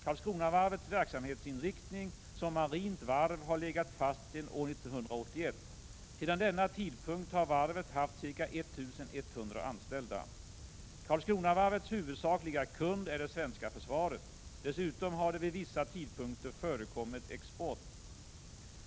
Karlskronavarvets verksamhetsinriktning som marint varv har legat fast sedan år 1981. Sedan denna tidpunkt har varvet haft ca 1 100 anställda. Karlskronavarvets huvudsakliga kund är det svenska försvaret. Dessutom har det vid vissa tidpunkter förekommit export.